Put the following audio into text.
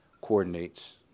coordinates